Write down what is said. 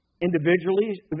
individually